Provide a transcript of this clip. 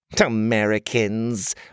Americans